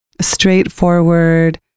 straightforward